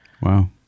Wow